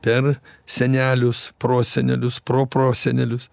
per senelius prosenelius proprosenelius